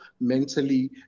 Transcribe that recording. mentally